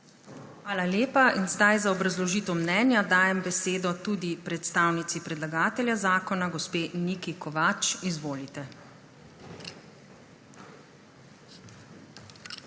Hvala lepa. Zdaj za obrazložitev mnenja dajem besedo tudi predstavnici predlagatelja zakona, gospe Niki Kovač. Izvolite.